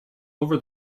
over